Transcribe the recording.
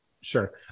Sure